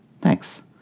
thanks